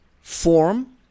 form